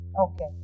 Okay